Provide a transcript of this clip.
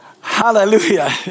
Hallelujah